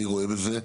אני רואה בזה,